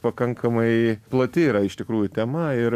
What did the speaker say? pakankamai plati yra iš tikrųjų tema ir